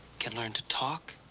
can learn to talk